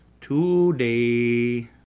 today